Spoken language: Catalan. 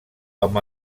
amb